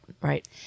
right